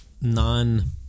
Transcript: non